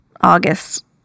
august